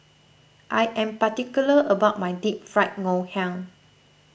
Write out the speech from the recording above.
I am particular about my Deep Fried Ngoh Hiang